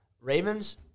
Ravens